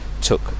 took